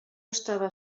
estava